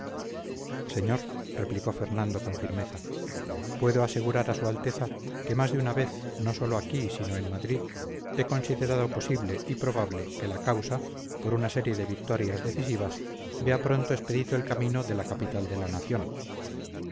señor replicó fernando con firmeza puedo asegurar a su alteza que más de una vez no sólo aquí sino en madrid he considerado posible y probable que la causa por una serie de victorias decisivas vea pronto expedito el camino de la capital de la nación